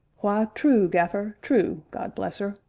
why, true, gaffer, true, god bless er!